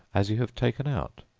as you have taken out,